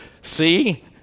see